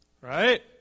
Right